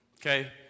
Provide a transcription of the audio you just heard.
Okay